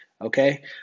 Okay